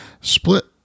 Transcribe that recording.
split